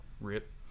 Rip